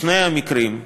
בשני המקרים,